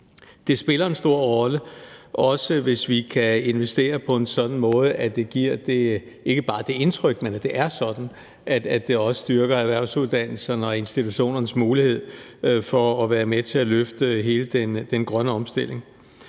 det spiller en stor rolle, også hvis vi kan investere på en sådan måde, at det ikke bare giver indtryk af, men at det er sådan, at det også styrker erhvervsuddannelserne og institutionernes mulighed for at være med til at løfte hele den grønne omstilling.